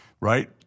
right